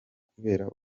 kubera